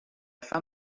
fin